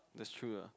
that's true lah